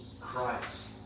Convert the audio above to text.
Christ